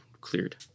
cleared